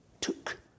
took